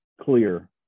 clear